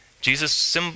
Jesus